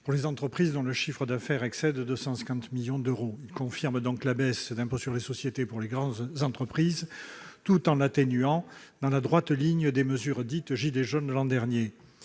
pour les entreprises dont le chiffre d'affaires excède 250 millions d'euros. Il confirme donc la baisse d'impôt sur les sociétés pour les grandes entreprises tout en l'atténuant, dans la droite ligne des mesures dites « gilets jaunes » de l'an dernier.